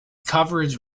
coverage